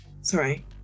sorry